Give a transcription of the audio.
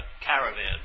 caravan